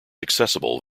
accessible